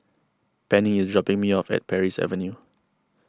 Pennie is dropping me off at Parry Avenue